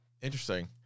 interesting